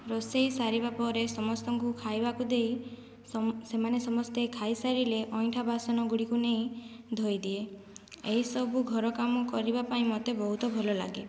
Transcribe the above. ରୋଷେଇ ସାରିବା ପରେ ସମସ୍ତଙ୍କୁ ଖାଇବାକୁ ଦେଇ ସେମାନେ ସମସ୍ତେ ଖାଇସାରିଲେ ଅଇଁଠା ବାସନ ଗୁଡ଼ିକୁ ନେଇ ଧୋଇଦିଏ ଏହି ସବୁ ଘର କାମ କରିବା ପାଇଁ ମୋତେ ବହୁତ ଭଲ ଲାଗେ